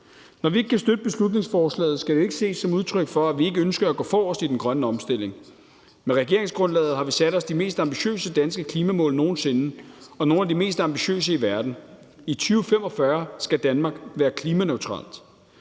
Når vi ikke kan støtte beslutningsforslaget, skal det ikke ses som udtryk for, at vi ikke ønsker at gå forrest i den grønne omstilling. Med regeringsgrundlaget har vi sat os de mest ambitiøse danske klimamål nogen sinde og nogle af de mest ambitiøse i verden. I 2045 skal Danmark være klimaneutralt.